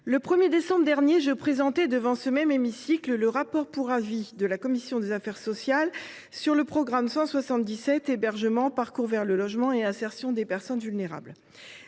le 1 décembre dernier, je présentais devant l’hémicycle le rapport pour avis de la commission des affaires sociales sur le programme 177 « Hébergement, parcours vers le logement et insertion des personnes vulnérables